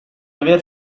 aver